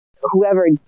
whoever